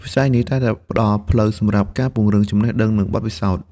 វិស័យនេះតែងតែផ្តល់ផ្លូវសម្រាប់ការពង្រីកចំណេះដឹង និងបទពិសោធន៍។